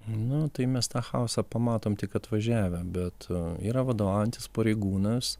nu tai mes tą chaosą pamatom tik atvažiavę bet yra vadovaujantis pareigūnas